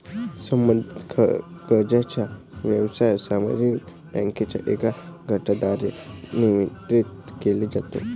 संबंधित कर्जाचा व्यवसाय सार्वजनिक बँकांच्या एका गटाद्वारे नियंत्रित केला जातो